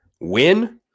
Win